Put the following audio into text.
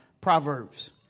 Proverbs